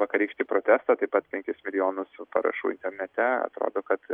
vakarykštį protestą taip pat penkis milijonus parašų internete atrodo kad